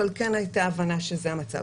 אבל כן הייתה הבנה שזה המצב.